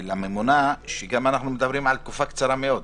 שאנחנו מדברים על תקופה קצרה מאוד,